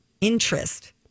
interest